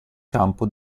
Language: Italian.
campo